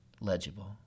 legible